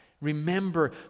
Remember